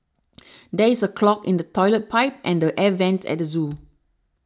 there is a clog in the Toilet Pipe and the Air Vents at the zoo